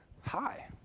Hi